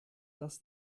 dass